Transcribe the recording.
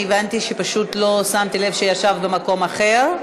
הבנתי שפשוט לא שמתי לב שישבת במקום אחר.